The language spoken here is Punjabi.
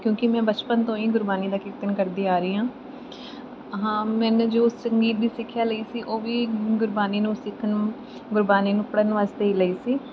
ਕਿਉਂਕਿ ਮੈਂ ਬਚਪਨ ਤੋਂ ਹੀ ਗੁਰਬਾਣੀ ਦਾ ਕੀਰਤਨ ਕਰਦੀ ਆ ਰਹੀ ਹਾਂ ਹਾਂ ਮੈਂ ਜੋ ਸੰਗੀਤ ਦੀ ਸਿੱਖਿਆ ਲਈ ਸੀ ਉਹ ਵੀ ਗੁਰਬਾਣੀ ਨੂੰ ਸਿੱਖਣ ਨੂੰ ਗੁਰਬਾਣੀ ਨੂੰ ਪੜ੍ਹਨ ਵਾਸਤੇ ਹੀ ਲਈ ਸੀ